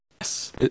yes